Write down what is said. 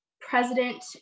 President